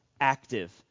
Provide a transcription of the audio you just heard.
active